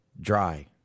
dry